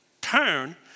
turn